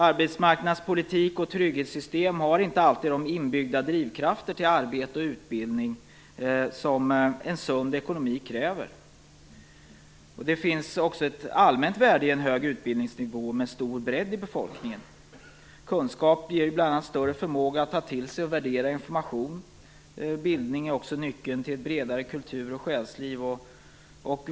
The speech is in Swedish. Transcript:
Arbetsmarknadspolitik och trygghetssystem har inte alltid de inbyggda drivkrafter till arbete och utbildning som en sund ekonomi kräver. Det finns också ett allmänt värde i en hög utbildningsnivå med stor bredd i befolkningen. Kunskap ger bl.a. större förmåga att ta till sig och värdera information. Bildning är också nyckeln till ett bredare kultur och själsliv.